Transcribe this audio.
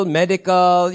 medical